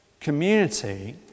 community